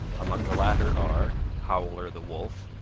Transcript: among the latter are howler the wolf,